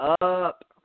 up